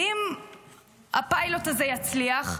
ואם הפיילוט הזה יצליח,